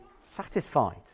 satisfied